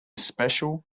special